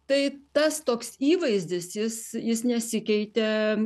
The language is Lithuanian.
tai tas toks įvaizdis jis jis nesikeitė